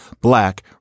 black